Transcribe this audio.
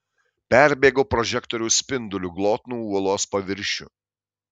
perbėgo prožektoriaus spinduliu glotnų uolos paviršių